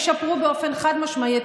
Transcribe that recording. השירותים של